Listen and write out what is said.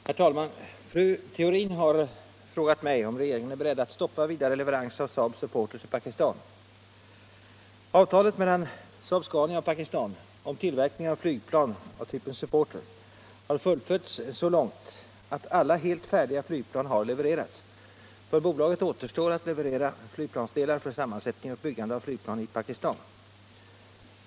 Herr talman! Fru Theorin har frågat mig om regeringen är beredd att stoppa vidare leverans av SAAB Supporter till Pakistan. Avtalet mellan SAAB-Scania och Pakistan om tillverkning av flygplan typ Supporter har fullföljts så långt att alla helt färdiga flygplan har levererats. För bolaget återstår att leverera flygplansdelar för sammansättning och byggande av flygplan i Pakistan.